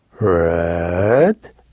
Red